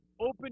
open